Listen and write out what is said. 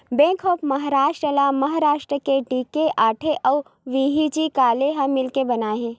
bank of Maharashtra ल महारास्ट के D K Sathe अउ व्ही.जी काले ह मिलके बनाए हे